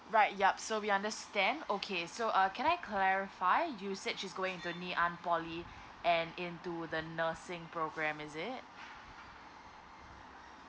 right yup so we understand okay so uh can I clarify you said she's going to ngee ann poly and into the nursing program is it